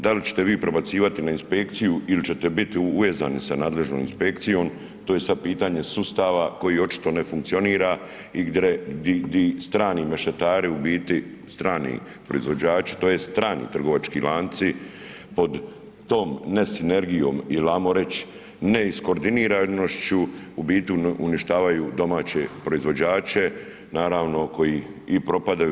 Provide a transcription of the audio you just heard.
Da li ćete vi prebacivati na inspekciju ili ćete biti uvezani sa nadležnom inspekcijom to je sad pitanje sustava koji očito ne funkcionira i gdi strani mešetari u biti, strani proizvođači tj. strani trgovački lanci pod tom ne sinergijom il ajmo reći ne iskordiniranošću u biti uništavaju domaće proizvođače naravno koji i propadaju.